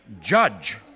judge